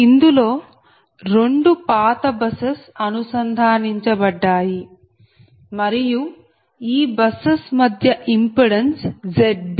ఇందులో రెండు పాత బసెస్ అనుసంధానించబడ్డాయి మరియు ఈ బసెస్ మధ్య ఇంపిడెన్స్ Zb